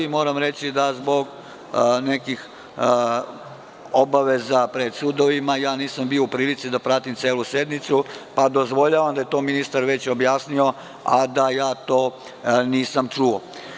Moram reći da zbog nekih obaveza pred sudovima nisam bio u prilici da pratim celu sednicu, pa dozvoljavam da je ministar to već objasnio, a da ja to nisam čuo.